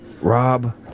Rob